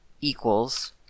equals